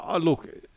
look